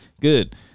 good